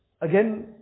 again